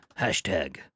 Hashtag